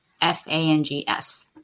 F-A-N-G-S